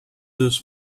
this